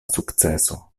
sukceso